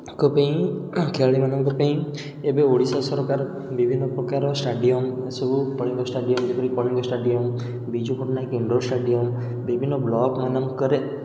ଙ୍କ ପାଇଁ ଖେଳାଳିମାନଙ୍କ ପାଇଁ ଏବେ ଓଡ଼ିଶା ସରକାର ବିଭିନ୍ନ ପ୍ରକାର ଷ୍ଟାଡ଼ିୟମ୍ ଏସବୁ କଳିଙ୍ଗ ଷ୍ଟାଡ଼ିୟମ୍ ଯେପରି Kalinga stadium Biju Patnaik indoor stadium ବିଭିନ୍ନ ବ୍ଲକ୍ ମାନଙ୍କରେ